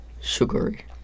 sugary